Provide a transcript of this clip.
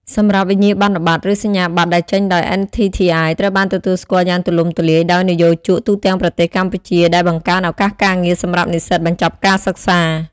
សម្រាប់វិញ្ញាបនបត្រ ឬសញ្ញាបត្រដែលចេញដោយ NTTI ត្រូវបានទទួលស្គាល់យ៉ាងទូលំទូលាយដោយនិយោជកទូទាំងប្រទេសកម្ពុជា ដែលបង្កើនឱកាសការងារសម្រាប់និស្សិតបញ្ចប់ការសិក្សា។